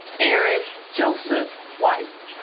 aaron joseph white